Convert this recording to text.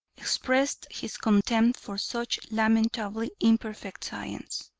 expressed his contempt for such lamentably imperfect science.